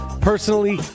Personally